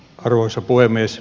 arvoisa puhemies